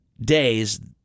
days